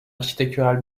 architectural